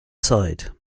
side